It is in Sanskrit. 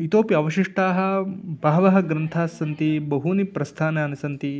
इतोपि अवशिष्टाः बहवः ग्रन्थास्सन्ति बहूनि प्रस्थानानि सन्ति